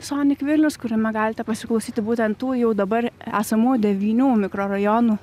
sonik vilnius kuriame galite pasiklausyti būtent tų jau dabar esamų devynių mikrorajonų